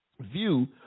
view